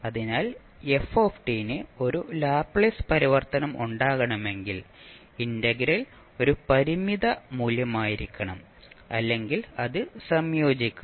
അതിനാൽ f ന് ഒരു ലാപ്ലേസ് പരിവർത്തനം ഉണ്ടാകണമെങ്കിൽ ഇന്റഗ്രൽ ഒരു പരിമിത മൂല്യമായിരിക്കണം അല്ലെങ്കിൽ അത് സംയോജിക്കണം